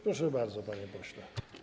Proszę bardzo, panie pośle.